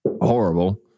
horrible